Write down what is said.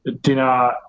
dinner